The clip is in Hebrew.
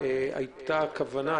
היתה כוונה,